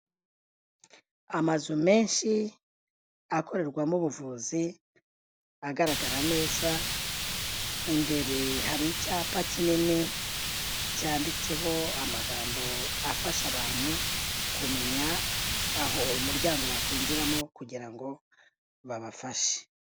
Amazu menshi akorerwamo ubuvuzi, agaragara neza, imbere hari icyapa kinini, cyanditseho amagambo afasha abantu kumenya aho umuryango bakwinjiramo kugira ngo babafashe.